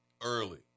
early